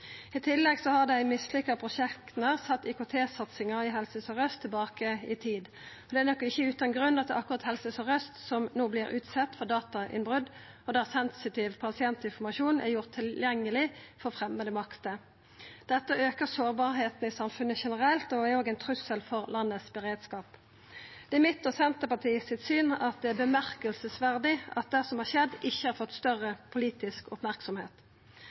I tillegg har dei mislykka prosjekta sett IKT-satsinga i Helse Sør-Aust tilbake i tid. Det er nok ikkje utan grunn at det er akkurat Helse Sør-Aust som no vert utsett for datainnbrot, der sensitiv pasientinformasjon er gjord tilgjengeleg for framande makter. Dette aukar sårbarheita i samfunnet generelt og er òg ein trussel for beredskapen i landet. Det er mitt og Senterpartiets syn at det er tankevekkjande at det som har skjedd, ikkje har fått større politisk